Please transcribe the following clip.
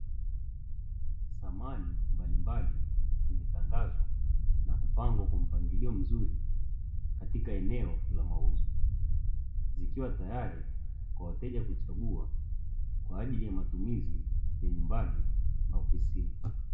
Samani mbalimbali zimetandazwa na kupangwa kwa mpangilio mzuri katika eneo la mauzo, zikiwa tayari kwa wateja kuchagua kwa ajili ya matumizi ya nyumbani na ofisini.